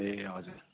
ए हजुर